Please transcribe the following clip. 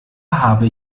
habe